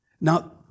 Now